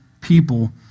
people